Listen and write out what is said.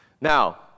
Now